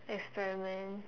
experiment